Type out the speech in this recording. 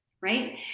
right